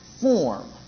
form